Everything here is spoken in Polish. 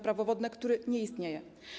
Prawo wodne, który nie istnieje.